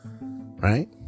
Right